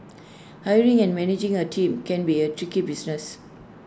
hiring and managing A team can be A tricky business